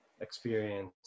experience